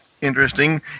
interesting